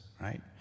Right